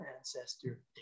ancestor